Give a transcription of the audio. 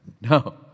No